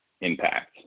impact